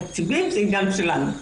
תקציבים זה עניין שלנו.